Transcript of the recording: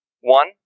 One